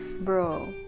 bro